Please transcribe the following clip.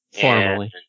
Formally